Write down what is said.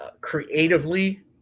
creatively